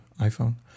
iPhone